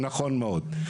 נכון מאוד.